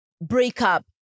breakup